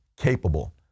capable